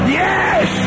yes